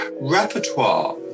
repertoire